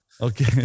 Okay